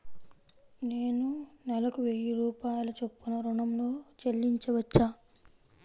నేను నెలకు వెయ్యి రూపాయల చొప్పున ఋణం ను చెల్లించవచ్చా?